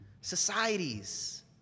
societies